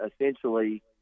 essentially